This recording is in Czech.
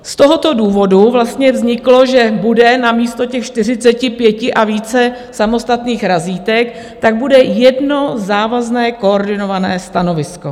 Z tohoto důvodu vlastně vzniklo, že bude namísto těch pětačtyřiceti a více samostatných razítek bude jedno závazné koordinované stanovisko.